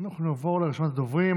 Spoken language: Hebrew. אנחנו נעבור לרשימת הדוברים.